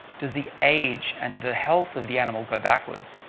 does the age and the health of the animal go backwards?